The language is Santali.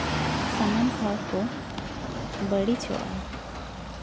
ᱥᱟᱱᱟᱢ ᱦᱚᱲ ᱠᱚ ᱵᱟᱹᱲᱤᱡᱚᱜᱼᱟ